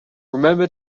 remember